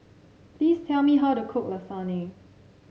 please tell me how to cook Lasagne